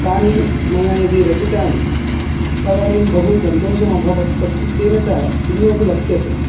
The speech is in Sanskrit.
तानि मया यदि रचितानि तदानीं बहु सन्तोषमभवत् तस् तेन च पुण्योपि लप्स्यते